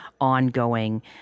ongoing